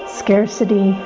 scarcity